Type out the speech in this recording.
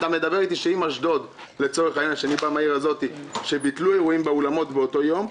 אתה אומר שאם באשדוד שאני בא ממנה ביטלו אירועים באולמות באותו יום,